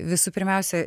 visų pirmiausia